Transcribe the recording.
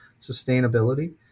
sustainability